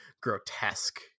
grotesque